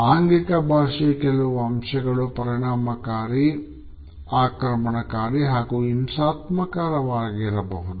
ಆಂಗಿಕ ಭಾಷೆಯ ಕೆಲವು ಅಂಶಗಳು ಆಕ್ರಮಣಕಾರಿ ಹಾಗೂ ಹಿಂಸಾತ್ಮಕವಾಗಿರಬಹುದು